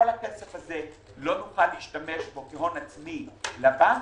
לא נוכל להשתמש בכסף הזה כהון עצמי לבנק,